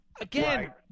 Again